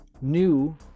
new